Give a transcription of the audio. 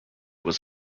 was